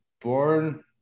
born